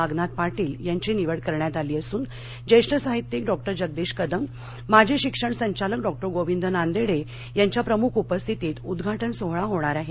नागनाथ पाटील यांची निवड करण्यात आली असून ज्येष्ठ साहित्यिक डॉ जगदीश कदम माजी शिक्षण संचालक डॉ गोविंद नांदेडे यांच्या प्रमुख उपस्थितीत उद्वाटन सोहळा होणार आहे